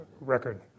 record